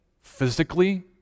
physically